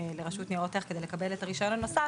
לרשות ניירות ערך כדי לקבל את הרישיון הנוסף,